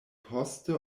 poste